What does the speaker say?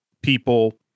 people